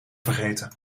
vergeten